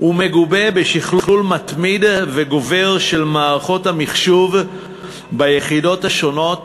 ומגובה בשכלול מתמיד וגובר של מערכות המחשוב ביחידות השונות